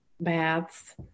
baths